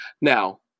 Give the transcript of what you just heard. Now